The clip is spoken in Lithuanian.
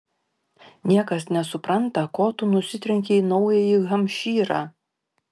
niekas nesupranta ko tu nusitrenkei į naująjį hampšyrą